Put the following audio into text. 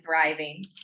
thriving